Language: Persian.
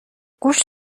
گوشت